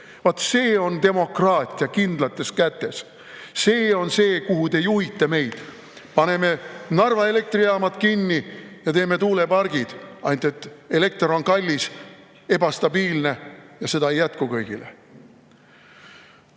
see on demokraatia kindlates kätes! See on see, kuhu te meid juhite. Paneme Narva elektrijaamad kinni ja teeme tuulepargid, ainult et elekter on kallis, ebastabiilne ja seda ei jätku kõigile.